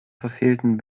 verfehlten